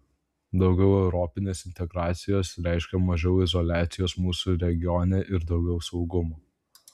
daugiau europinės integracijos reiškia mažiau izoliacijos mūsų regione ir daugiau saugumo